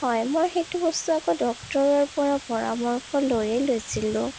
হয় মই সেইটো বস্তু আকৌ ডক্তৰৰ পৰা পৰামৰ্শ লৈয়ে লৈছিলোঁ